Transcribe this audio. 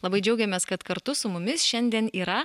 labai džiaugiamės kad kartu su mumis šiandien yra